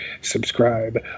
Subscribe